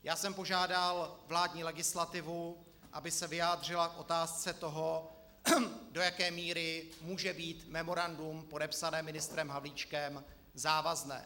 Já jsem požádal vládní legislativu, aby se vyjádřila k otázce toho, do jaké míry může být memorandum podepsané ministrem Havlíčkem závazné.